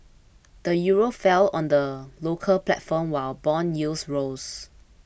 the euro fell on the local platform while bond yields rose